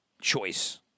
choice